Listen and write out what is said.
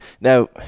Now